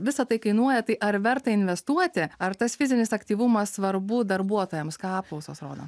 visa tai kainuoja tai ar verta investuoti ar tas fizinis aktyvumas svarbu darbuotojams ką apklausos rodo